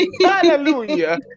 Hallelujah